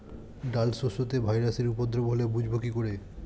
ডাল শস্যতে ভাইরাসের উপদ্রব হলে বুঝবো কি করে?